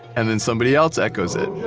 and then somebody else echoes it,